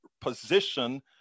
position